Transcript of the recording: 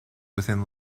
within